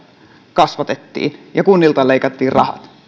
kasvatettiin ja kunnilta leikattiin rahat